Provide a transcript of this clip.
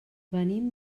venim